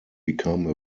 become